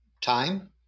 Time